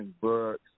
books